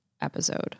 episode